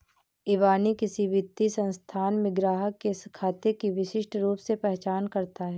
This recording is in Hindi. इबानी किसी वित्तीय संस्थान में ग्राहक के खाते की विशिष्ट रूप से पहचान करता है